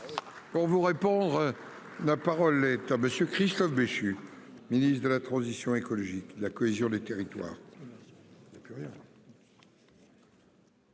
Pour vous répondre. La parole est à monsieur Christophe Béchu Ministre de la Transition écologique la cohésion des territoires.